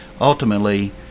ultimately